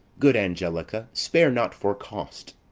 good angelica spare not for cost.